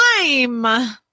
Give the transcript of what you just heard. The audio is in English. time